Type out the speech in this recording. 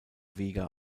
vega